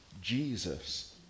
Jesus